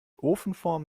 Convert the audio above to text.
ofenform